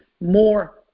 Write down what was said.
more